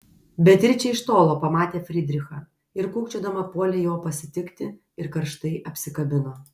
beatričė iš tolo pamatė frydrichą ir kūkčiodama puolė jo pasitikti ir karštai apsikabino